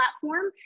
platform